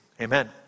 amen